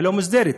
הלא-מוסדרת.